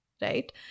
right